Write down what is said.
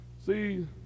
See